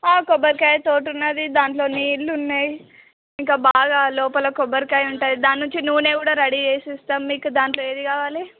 ఆ కొబ్బరికాయ చోటు ఉన్నది దాంట్లో నీళ్ళు ఉన్నాయి ఇంకా బాగా లోపల కొబ్బరికాయ ఉంటుంది దానినుంచి నూనె కూడా రెడీ చేసి ఇస్తాం మీకు దాంట్లో ఏది కావాలి